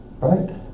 right